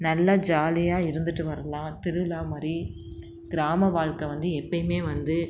நல்லா ஜாலியாக இருந்துட்டு வரலாம் திருவிழா மாதிரி கிராம வாழ்க்கை வந்து எப்பயுமே வந்து